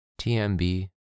TMB